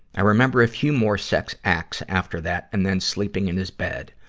i remember a few more sex acts after that and then sleeping in his bed.